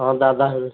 ହଁ ଦାଦା ହେବେ